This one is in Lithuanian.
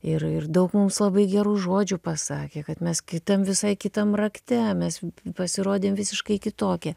ir ir daug mums labai gerų žodžių pasakė kad mes kitam visai kitam rakte mes pasirodėm visiškai kitokie